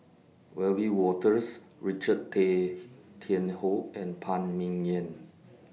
Wiebe Wolters Richard Tay Tian Hoe and Phan Ming Yen